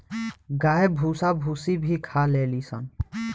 गाय भूसा भूसी भी खा लेली सन